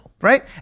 right